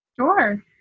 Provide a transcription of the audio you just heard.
Sure